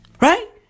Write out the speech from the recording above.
Right